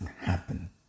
happen